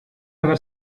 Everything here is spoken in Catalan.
haver